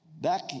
back